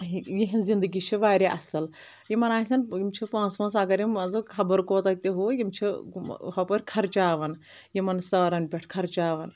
ییہنٛز زندگی چھ واریاہ اصل یمن آسَن یم چھ پونسہِ وونسہ اگر یِم مٲن ژٕ خبَر کوُتاہ تہِ ہہُ یم چھ ہپٲرۍ خرچاوان یمن سٲرَن پیٹھ خرچاوان